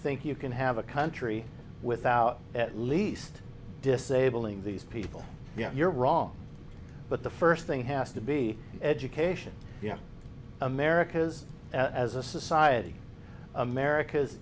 think you can have a country without at least disabling these people you're wrong but the first thing has to be education america's as a society america's